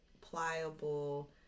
pliable